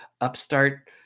upstart